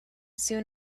soon